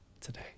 today